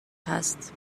هست